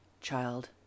child